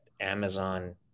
Amazon